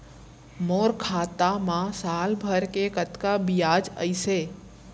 मोर खाता मा साल भर के कतका बियाज अइसे?